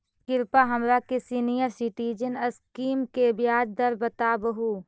कृपा हमरा के सीनियर सिटीजन स्कीम के ब्याज दर बतावहुं